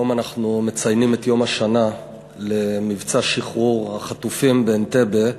היום אנחנו מציינים את יום השנה למבצע שחרור החטופים באנטבה,